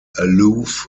aloof